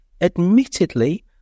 Admittedly